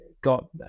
got